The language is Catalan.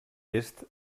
est